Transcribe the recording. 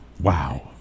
wow